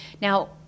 Now